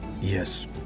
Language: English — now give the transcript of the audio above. Yes